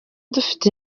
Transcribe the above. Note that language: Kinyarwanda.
dufite